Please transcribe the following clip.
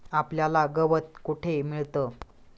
आपल्याला गवत कुठे मिळतं?